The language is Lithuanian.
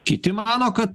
kiti mano kad